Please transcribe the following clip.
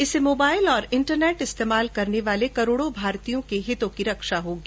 इससे मोबाइल और इंटरनेट इस्तेमाल करने वाले करोड़ों भारतीयों के हितों की रक्षा होगी